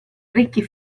orecchie